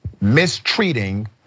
mistreating